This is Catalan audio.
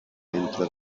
ventre